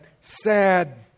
sad